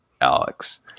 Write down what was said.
Alex